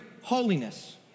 holiness